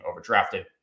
overdrafted